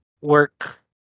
work